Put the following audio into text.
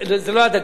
זה לא הדגים.